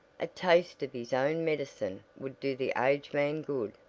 a taste of his own medicine would do the aged man good,